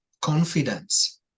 confidence